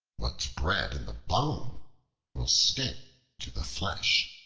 what's bred in the bone will stick to the flesh.